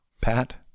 Pat